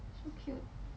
so cute